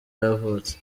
yavutse